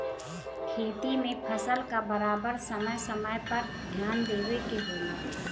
खेती में फसल क बराबर समय समय पर ध्यान देवे के होला